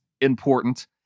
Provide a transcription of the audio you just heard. important